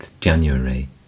January